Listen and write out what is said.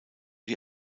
die